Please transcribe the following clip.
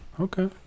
Okay